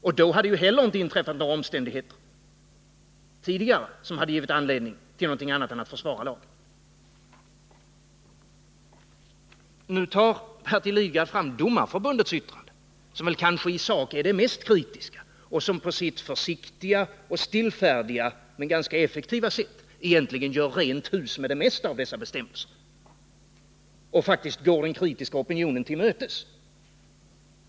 Och då hade det heller inte inträffat några omständigheter tidigare som givit anledning till något annat än att försvara lagen. Nu tar Bertil Lidgard alltså fram Domareförbundets yttrande, som kanske isak är det mest kritiska och som på sitt försiktiga och stillfärdiga men ganska effektiva sätt egentligen gör rent hus med det mesta av dessa bestämmelser och faktiskt går den kritiska opinionen till mötes.